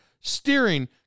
steering